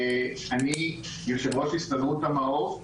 אני יו"ר הסתדרות המעו"ף.